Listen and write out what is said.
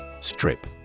Strip